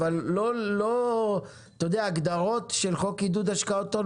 אבל את ההגדרות של חוק עידוד השקעות הון